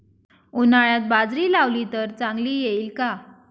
उन्हाळ्यात बाजरी लावली तर चांगली येईल का?